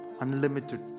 unlimited